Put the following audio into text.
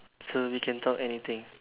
so we can talk anything